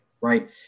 right